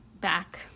back